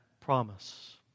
promise